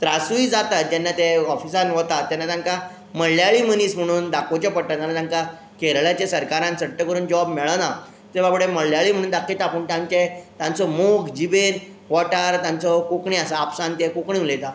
जेन्ना ते ऑफिसांत वतात तेन्ना तांकां मल्याळी मनीस म्हणून दाखोवचें पडटा नाजाल्यार तांकां केरळाच्या सरकारान सट्ट करून जॉब मेळना ते बाबडे मल्याळी म्हूण दाखयता पूण तांचें तांचो मोग जिबेर ओंठार तांचो कोंकणी आसा आपसांत ते कोंकणी उलयता